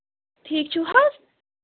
ٹھیٖک چھِو حظ